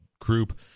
group